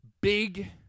big